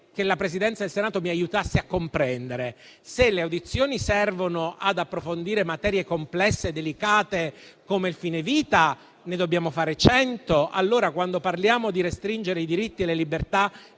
che la Presidenza del Senato mi aiutasse a comprendere un punto: se le audizioni servono ad approfondire materie complesse e delicate, come il fine vita, ne dobbiamo fare cento, allora, quando parliamo di restringere i diritti e le libertà